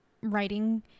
writing